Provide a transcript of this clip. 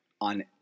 on